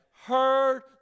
heard